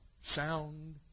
sound